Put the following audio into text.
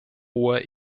hoher